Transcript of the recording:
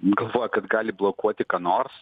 galvoja kad gali blokuoti ką nors